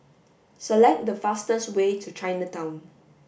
select the fastest way to Chinatown